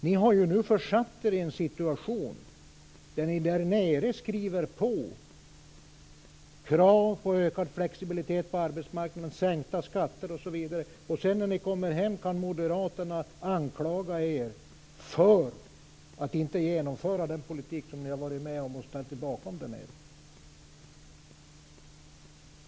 Ni har nu försatt er i en situation där ni där nere skriver på krav på ökad flexibilitet på arbetsmarknaden, sänkta skatter osv., och när ni sedan kommer hem kan moderaterna anklaga er för att inte genomföra den politik som ni har ställt er bakom där nere.